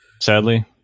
Sadly